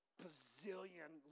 bazillion